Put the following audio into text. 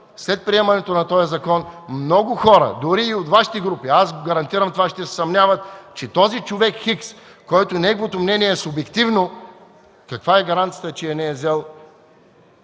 след приемането на този закон много хора, дори и от Вашите групи – гарантирам това, ще се съмняват, че този човек Хикс, на когото мнението е субективно – каква е гаранцията, че не е взел